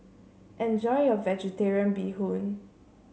enjoy your vegetarian Bee Hoon